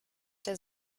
der